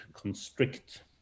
constrict